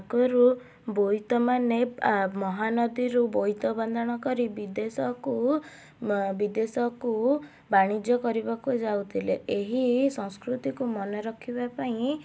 ଆଗରୁ ବୋଇତମାନେ ଆ ମହାନଦୀ ରୁ ବୋଇତ ବନ୍ଦାଣ କରି ବିଦେଶ କୁ ବିଦେଶ କୁ ବାଣିଜ୍ୟ କରିବାକୁ ଯାଉଥିଲେ ଏହି ସଂସ୍କୃତି କୁ ମନେ ରଖିବା ପାଇଁ